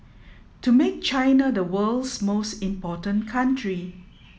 to make China the world's most important country